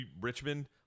Richmond –